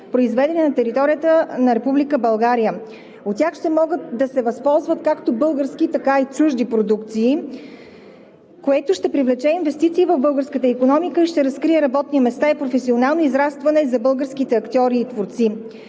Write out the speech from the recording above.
произведени на територията на Република България. От тях ще могат да се възползват както български, така и чужди продукции, което ще привлече инвестиции в българската икономика, ще разкрие работни места и професионално израстване за българските актьори и творци.